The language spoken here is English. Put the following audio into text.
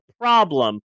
problem